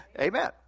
Amen